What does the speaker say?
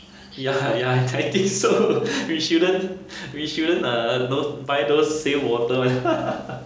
ya ha ya I think so we shouldn't we shouldn't uh tho~ buy those seal water eh